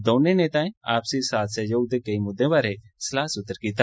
दौनें नेताएं आपसी साथ सैह्योग दे केईं मुद्दे बारै सलाह् सूत्र कीता